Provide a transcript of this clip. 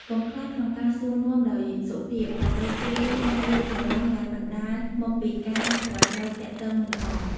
កុំខ្លាចក្នុងការសួរនាំដោយសុភាព ដើម្បីជៀសវាងការយល់ច្រឡំដែលបណ្ដាលមកពីការប្រាស្រ័យទាក់ទងមិនល្អ។